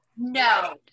No